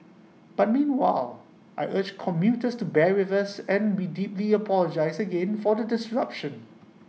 but meanwhile I urge commuters to bear with us and we deeply apologise again for the disruption